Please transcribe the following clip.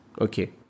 Okay